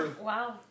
Wow